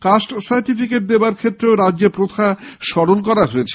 caste certificate দ্দোয়ার ক্ষেত্রেও রাজ্যে প্রথা সরল করা হয়েছে